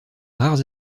rares